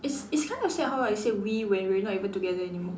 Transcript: it's it's kind of sad how I said we when we are not even together anymore